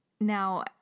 Now